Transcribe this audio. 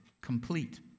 complete